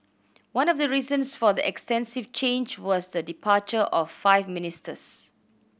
one of the reasons for the extensive change was the departure of five ministers